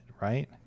right